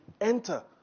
enter